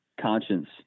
conscience